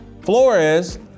Flores